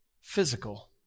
physical